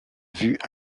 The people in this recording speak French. vue